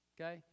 Okay